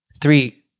three